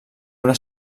una